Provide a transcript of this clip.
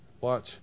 watch